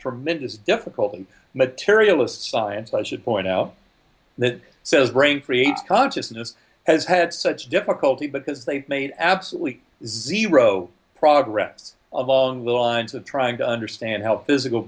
tremendous difficulty materialist science i should point out that says brain free consciousness has had such difficulty because they've made absolutely zero progress of all along the lines of trying to understand how physical